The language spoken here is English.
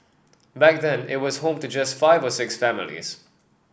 back then it was home to just five or six families